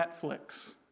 Netflix